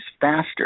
faster